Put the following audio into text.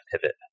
pivot